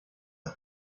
des